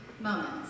moments